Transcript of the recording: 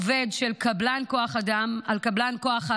עובד של קבלן כוח אדם, על קבלן כוח האדם,